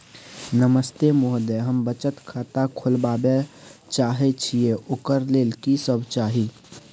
नमस्ते महोदय, हम बचत खाता खोलवाबै चाहे छिये, ओकर लेल की सब चाही?